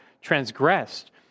transgressed